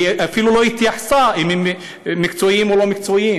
היא אפילו לא התייחסה אם הם מקצועיים או לא מקצועיים,